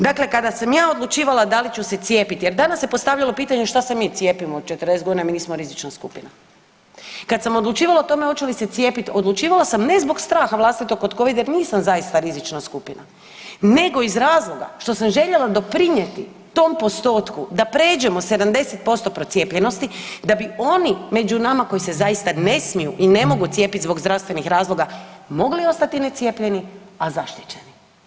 Dakle, kada sam ja odlučivala da li ću se cijepiti jer danas se postavljalo pitanje šta se mi cijepimo, 40.g., mi nismo rizična skupina, kad sam odlučivala o tome hoću li se cijepiti odlučivala sam ne zbog straha vlastitog od covida jer nisam zaista rizična skupina nego iz razloga što sam željela doprinjeti tom postotku da pređemo 70% procijepljenosti da bi oni među nama koji se zaista ne smiju i ne mogu cijepit zbog zdravstvenih razloga mogli ostali necijepljeni, a zaštićeni.